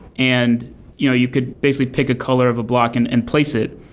and you know you could basically pick a color of a block and and place it.